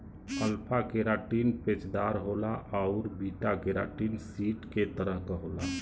alpha keratin पेचदार होला आउर बीटा केराटिन सीट के तरह क होला